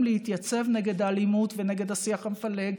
להתייצב נגד האלימות ונגד השיח המפלג,